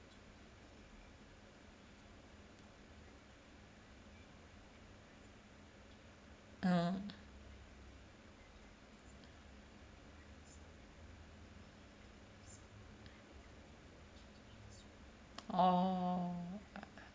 mm orh